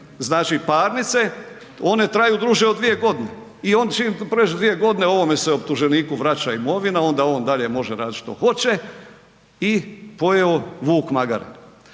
znači parnice, one traju duže od 2 g. i čim pređe 2 g., ovome se optuženiku vraća imovina, onda on dalje može radit što hoće i pojeo vuk magare.